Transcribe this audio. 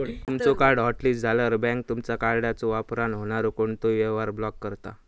तुमचो card hotlist झाल्यावर, bank तुमचा कार्डच्यो वापरान होणारो कोणतोही व्यवहार ब्लॉक करता